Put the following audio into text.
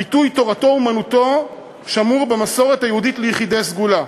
הביטוי תורתו-אומנותו שמור במסורת היהודית ליחידי סגולה,